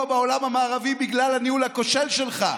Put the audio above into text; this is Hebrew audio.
בעולם המערבי בגלל הניהול הכושל שלך.